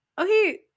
Okay